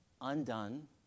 undone